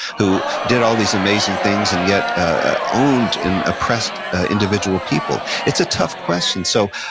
who did all these amazing things and yet ah owned and oppressed individual people? it's a tough question. so,